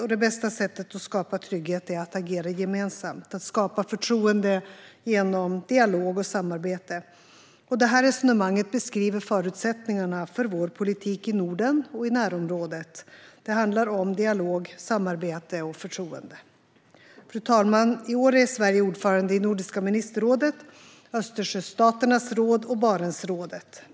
Och det bästa sättet att skapa trygghet är att agera gemensamt, att skapa förtroende genom dialog och samarbete. Det här resonemanget beskriver förutsättningarna för vår politik i Norden och i närområdet. Det handlar om dialog, samarbete och förtroende. Fru talman! I år är Sverige ordförande i Nordiska ministerrådet, Östersjöstaternas råd och Barentsrådet.